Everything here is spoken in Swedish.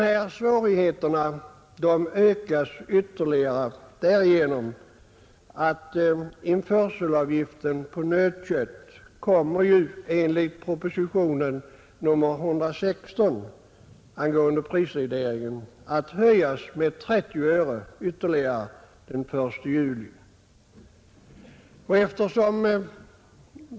Dessa svårigheter ökas ytterligare därigenom att införselavgiften på nötkött enligt proposition nr 116 angående prisregleringen kommer att höjas med ytterligare 30 öre den 1 juli.